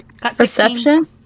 Perception